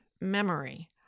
memory